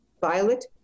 violet